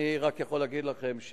אני רק יכול להגיד לכם,